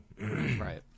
Right